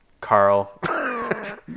Carl